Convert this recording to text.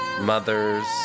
mothers